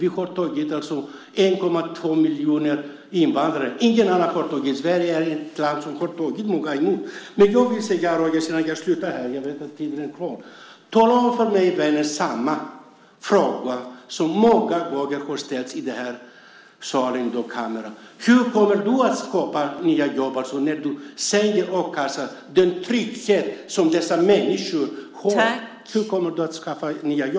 Vi har tagit emot 1,2 miljoner invandrare, mer än något annat land. Sverige är ett land som har tagit emot många. Jag ska sluta nu för jag vet att tiden är slut. Men jag vill ställa samma fråga som många gånger har ställts i kammaren, Rojas. Hur kommer du att skapa nya jobb när du sänker a-kassan som är den trygghet som dessa människor har?